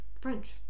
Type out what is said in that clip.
French